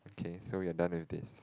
okay so we are done with this